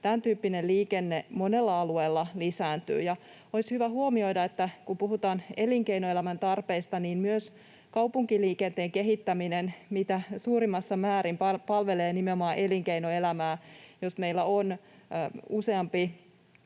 tämäntyyppinen liikenne monella alueella lisääntyy. Olisi hyvä huomioida, että kun puhutaan elinkeinoelämän tarpeista, niin myös kaupunkiliikenteen kehittäminen mitä suurimmissa määrin palvelee nimenomaan elinkeinoelämää. Jos meillä on useampi